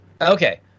Okay